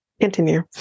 Continue